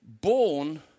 born